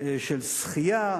של שחייה,